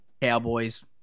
Cowboys